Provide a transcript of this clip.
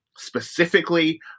Specifically